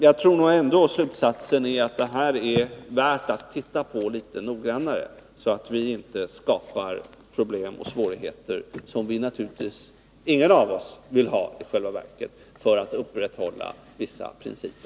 Jag tror alltså att slutsatsen ändå blir att vi bör titta litet noggrannare på den här frågan, så att vi inte bara för att upprätthålla vissa principer skapar problem och svårigheter som naturligtvis ingen av oss vill ha.